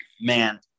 man